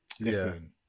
Listen